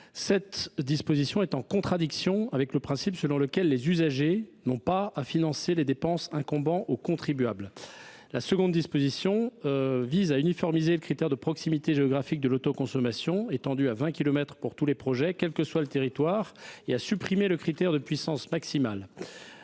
cette disposition entre en contradiction avec le principe selon lequel les usagers n’ont pas à financer les dépenses incombant au contribuable. Le XI uniformise le critère de proximité géographique de l’autoconsommation, étendu à vingt kilomètres pour tous les projets quel que soit le territoire, et supprime le critère de puissance maximale.